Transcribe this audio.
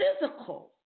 physical